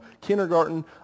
kindergarten